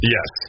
Yes